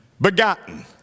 begotten